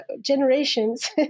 generations